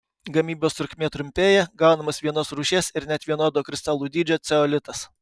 gamybos trukmė trumpėja gaunamas vienos rūšies ir net vienodo kristalų dydžio ceolitas